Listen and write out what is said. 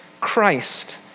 Christ